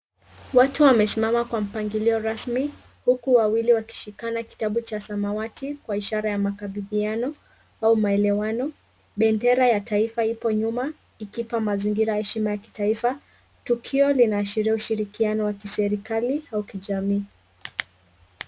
Watu wamesimama kwa mpangilio rasmi huku wawili wakishikana kitabu cha samawati kwa ishara ya makabidhiano au maelewano. Bendera ya taifa ipo nyuma ikiipa mazingira heshima ya kitaifa. Tukio linaashiria ushirikiano wa kiserikali au kijamii.